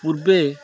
ପୂର୍ବେ